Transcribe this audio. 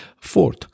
Fourth